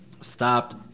stopped